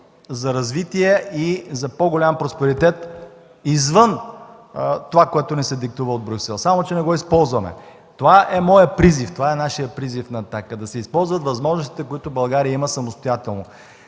за развитие и за по-голям просперитет извън това, което ни се диктува от Брюксел, само че не го използваме. Това е моят призив, това е призивът на „Атака” – да се използват възможностите, които България има, за самостоятелност.